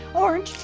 orange,